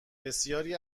بسیاری